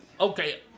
okay